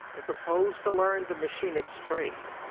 and proposed to learn the machinist's trade.